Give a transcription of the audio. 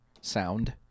sound